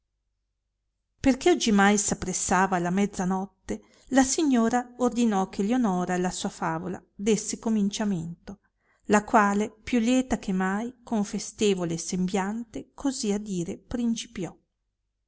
perchè oggimai s appressava la mezza notte la signora ordinò che lionora alla sua favola desse cominciamento la quale più lieta che mai con festevole sembiante così a dire principiò